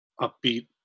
upbeat